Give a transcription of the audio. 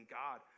god